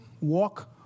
walk